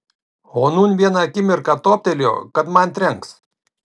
o nūn vieną akimirką toptelėjo kad man trenks